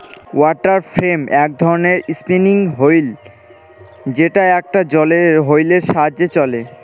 water frame এক ধরনের spinning wheel যেটা একটা জলের হুইলের সাহায্যে চলে